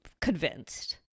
convinced